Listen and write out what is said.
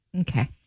Okay